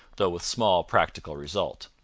though with small practical result.